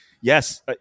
yes